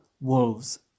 wolves